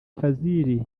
fazil